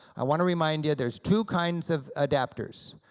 i want to remind you there's two kinds of adapters.